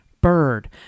bird